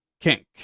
Kink